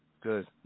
Good